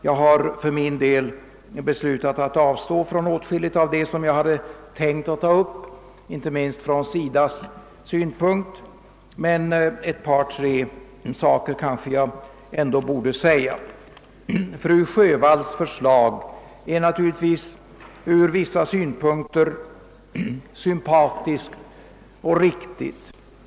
För min del har jag beslutat att avstå från åtskilligt av det som jag hade tänkt säga, inte minst från SIDA:s synpunkt, men ett par, tre saker kanske jag ändå bör ta upp. Fru Sjövalls förslag är naturligtvis från vissa synpunkter sympatiskt och riktigt.